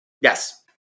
Yes